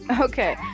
Okay